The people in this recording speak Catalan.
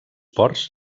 ports